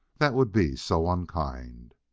that would be so unkind